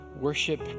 worship